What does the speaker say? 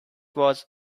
was